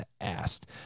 asked